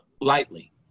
lightly